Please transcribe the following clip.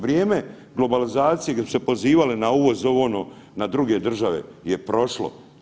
Vrijeme globalizacije, što su se pozivali na ovo, za ono, na druge države je prošlo.